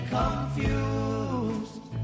confused